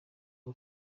ubu